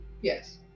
Yes